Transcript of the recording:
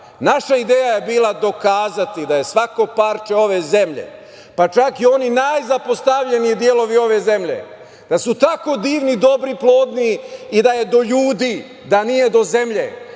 ideja je bila dokazati da je svako parče ove zemlje, pa čak i oni najzapostavljeniji delovi ove zemlje, da su tako divni, dobri, plodni i da je do ljudi, da nije do zemlje,